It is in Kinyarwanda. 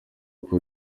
ubwo